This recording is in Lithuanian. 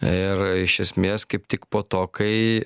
ir iš esmės kaip tik po to kai